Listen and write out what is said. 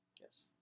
Yes